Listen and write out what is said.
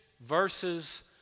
verses